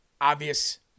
obvious